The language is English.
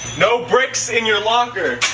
no bricks in your locker.